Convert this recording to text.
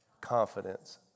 confidence